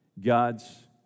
God's